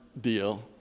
deal